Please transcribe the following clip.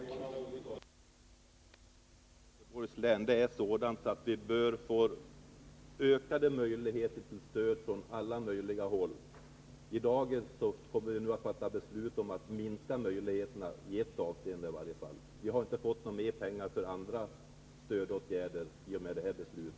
Herr talman! Till Johan Olsson vill jag säga att situationen för Gävleborgs län är sådan att vi bör få ökade möjligheter till stöd från alla möjliga håll. I dag fattar vi ett beslut att minska möjligheterna i ett avseende. Vi har inte fått mer pengar för andra stödåtgärder i och med detta beslut.